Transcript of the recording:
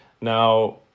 now